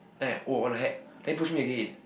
then I oh what the heck then he push me again